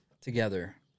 together